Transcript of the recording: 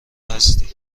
هستی